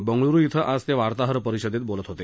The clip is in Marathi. बंगळूर झिं आज ते वार्ताहर परिषदेत बोलत होते